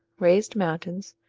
raised mountains,